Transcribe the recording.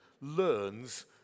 learns